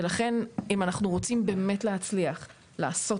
לכן אם אנחנו רוצים באמת להצליח לעשות